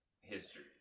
history